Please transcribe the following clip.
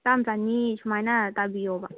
ꯆꯥꯝ ꯆꯥꯅꯤ ꯁꯨꯃꯥꯏꯅ ꯇꯥꯕꯤꯌꯣꯕ